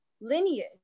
lineage